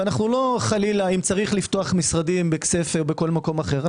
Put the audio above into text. אם צריך לפתוח משרדים בכסייפא או בכל מקום אחר,